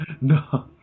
No